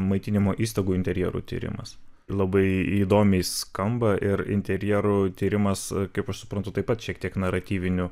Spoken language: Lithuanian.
maitinimo įstaigų interjerų tyrimas labai įdomiai skamba ir interjerų tyrimas kaip aš suprantu taip pat šiek tiek naratyviniu